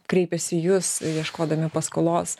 kreipėsi į jus ieškodami paskolos